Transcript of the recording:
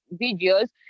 videos